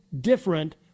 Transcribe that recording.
different